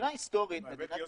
יוסי,